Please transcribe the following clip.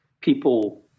people